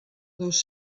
dos